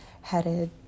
headed